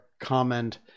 comment